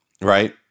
Right